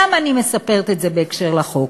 למה אני מספרת את זה בהקשר של החוק?